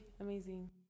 amazing